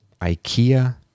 Ikea